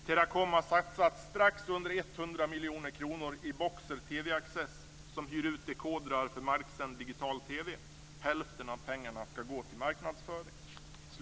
"Teracom har satsat strax under 100 miljoner kronor i Boxer TV Access, som hyr ut dekodrar för marksänd digital-tv. Hälften av pengarna ska gå till marknadsföring."